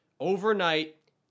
overnight